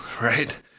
right